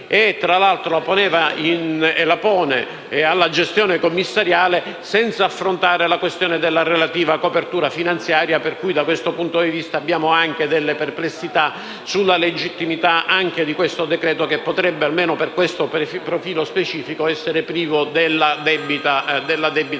e radioattivi in capo alla gestione commissariale senza affrontare la questione della relativa copertura finanziaria. Da questo punto di vista abbiamo anche delle perplessità sulla legittimità di questo decreto-legge che almeno per questo profilo specifico, potrebbe essere privo della debita